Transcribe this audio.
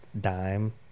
DIME